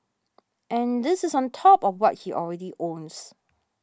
and this is on top of what he already owns